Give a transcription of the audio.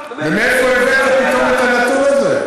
מאיפה הבאת פתאום את הנתון הזה?